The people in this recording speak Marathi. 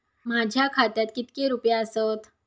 माझ्या खात्यात कितके रुपये आसत?